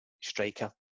striker